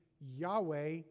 Yahweh